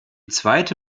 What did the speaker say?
zweite